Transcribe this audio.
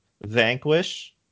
Vanquish